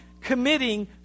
committing